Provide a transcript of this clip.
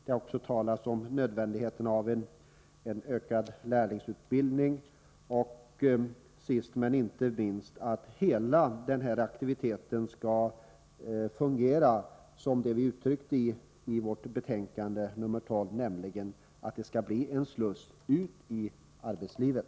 Det har också talats om nödvändigheten av en ökad lärlingsutbildning, och sist men inte minst om att hela denna aktivitet skall fungera så som vi uttryckte det i vårt betänkande 1983/84:12, nämligen att detta skall bli en sluss ut till arbetslivet.